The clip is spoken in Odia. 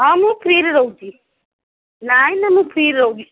ହଁ ମୁଁ ଫ୍ରୀରେ ରହୁଛି ନାଇଁ ନା ମୁଁ ଫ୍ରୀରେ ରହୁଛି